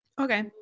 okay